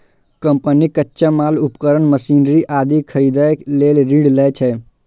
company कच्चा माल, उपकरण, मशीनरी आदि खरीदै लेल ऋण लै छै